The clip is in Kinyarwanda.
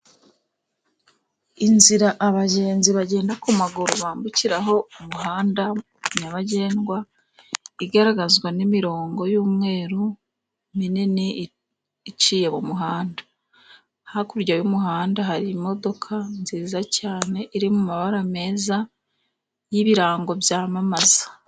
Inzira abagenzi bagenda ku maguru bambukiraho，umuhanda nyabagendwa， igaragazwa n'imirongo y'umweru minini，iciye mu muhanda. Hakurya y'umuhanda，hari imodoka nziza cyane， iri mu mabara meza， y'ibirango byamamaza.